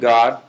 God